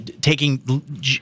taking